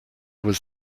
was